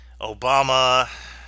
Obama